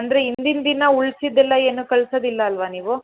ಅಂದರೆ ಇಂದಿನ ದಿನ ಉಳಿಸಿದ್ದೆಲ್ಲ ಏನು ಕಳಿಸೋದಿಲ್ಲ ಅಲ್ಲವಾ ನೀವು